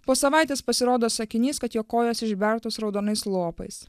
po savaitės pasirodo sakinys kad jo kojos išbertos raudonais lopais